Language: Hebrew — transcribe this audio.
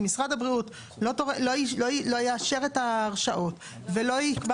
אם משרד הבריאות לא יאשר את ההרשאות ולא יקבע